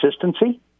consistency